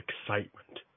excitement